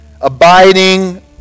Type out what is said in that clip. abiding